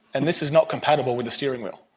and this is not compatible with the steering wheel.